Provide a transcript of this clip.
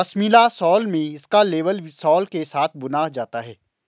pashmina shawl में इसका label sole के साथ बुना जाता है